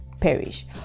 perish